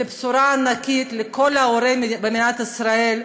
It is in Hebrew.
זאת בשורה ענקית לכל ההורים במדינת ישראל.